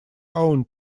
own